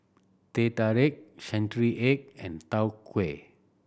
Teh Tarik century egg and Tau Huay